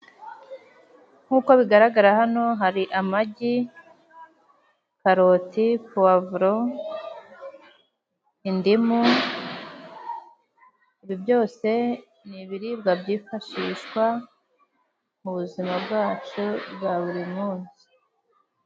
Nkuko bigaragara hano hari: amagi ,karoti, pavuro, indimu ibi byose ni ibibiribwa byifashishwa mubuzima bwacu bwa buri munsi.